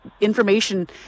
information